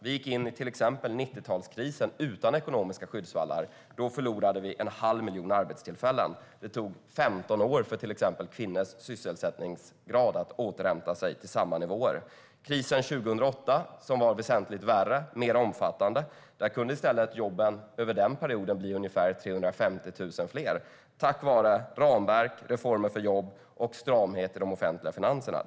Vi gick till exempel in i 1990-talskrisen utan ekonomiska skyddsvallar, och då förlorade vi en halv miljon arbetstillfällen. Det tog 15 år för till exempel kvinnors sysselsättningsgrad att återhämta sig till tidigare nivåer. Under krisen 2008, som var väsentligt värre och mer omfattande, kunde jobben i stället bli ungefär 350 000 fler tack vare ramverk, reformer för jobb och stramhet i de offentliga finanserna.